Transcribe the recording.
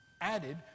added